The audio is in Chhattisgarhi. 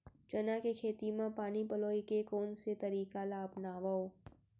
चना के खेती म पानी पलोय के कोन से तरीका ला अपनावव?